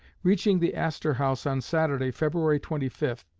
reaching the astor house on saturday, february twenty five,